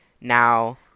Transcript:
now